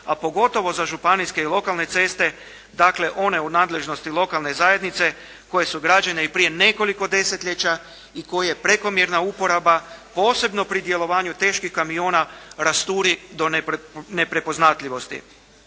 a pogotovo za županijske i lokalne ceste, dakle one u nadležnosti lokalne zajednice koje su građene i prije nekoliko desetljeća i koje prekomjerna uporaba posebno pri djelovanju teških kamiona rasturi do neprepoznatljivosti.